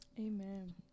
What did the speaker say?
Amen